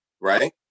right